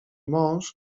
mąż